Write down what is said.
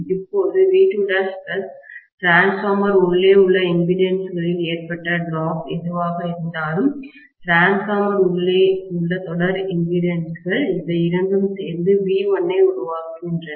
இப்போது V2' transformer உள்ளே உள்ள இம்பிடிடன்ஸ் களில் ஏற்பட்ட டிராப்வீழ்ச்சி எதுவாக இருந்தாலும் டிரான்ஸ்பார்மர் உள்ளே உள்ள தொடர் இம்பிடிடன்ஸ்கள் இவை இரண்டும் சேர்ந்து V1 ஐ உருவாகின்றன